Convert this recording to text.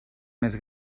més